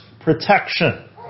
Protection